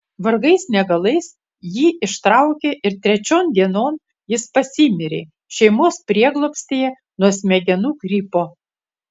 vargais negalais jį ištraukė ir trečion dienon jis pasimirė šeimos prieglobstyje nuo smegenų gripo